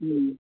હં